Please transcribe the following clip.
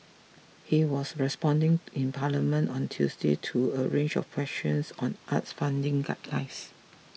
he was responding in Parliament on Tuesday to a range of questions on arts funding guidelines